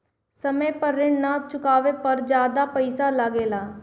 समय पर ऋण ना चुकाने पर ज्यादा पईसा लगेला?